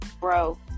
bro